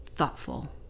Thoughtful